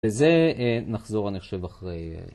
בזה נחזור, אני חושב, אחרי...